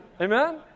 Amen